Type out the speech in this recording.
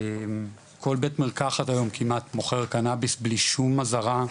כל בית מרקחת היום כמעט מוכר קנאביס בלי שום אזהרה,